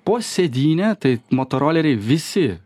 po sėdyne tai motoroleriai visi